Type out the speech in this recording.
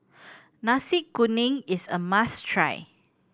Nasi Kuning is a must try